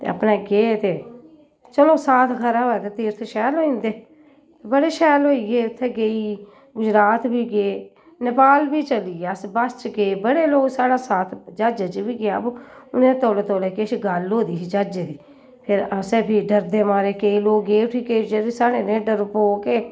ते अपने गे ते चलो साथ खरा होऐ ते तीरथ शैल होई दे बड़े शैल होइये उत्थें गेई गुजरात बी गे नेपाल बी चलिये अस बस च गे बड़े लोग साढ़ा साथ ज्हाजे च बी गेआ बा उ'नें तौले तौले किश गल्ल होदी ही ज्हाजे दी फिर असें भी डरदे मारे केईं लोग गे उठी केईं जेह्ड़े साढ़े नेह् डरपोक हे